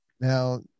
now